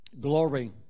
Glory